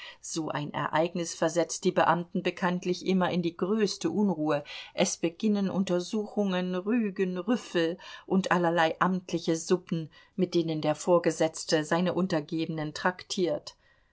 so ein ereignis versetzt die beamten bekanntlich immer in die größte unruhe es beginnen untersuchungen rügen rüffel und allerlei amtliche suppen mit denen der vorgesetzte seine untergebenen traktiert